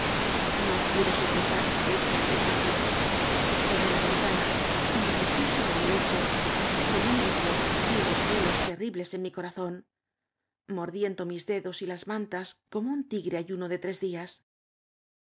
no pude soportar este espectáculo cerré la ventana y me arrojé sobre mi eclio con un odio y unos celos terribles en mi corazóa mordiendo mis dedos y las mantas como un tigre ayuno de tres días